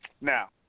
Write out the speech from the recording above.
now